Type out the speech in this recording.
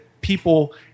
people